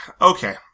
Okay